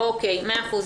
מאה אחוז,